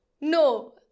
No